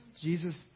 Jesus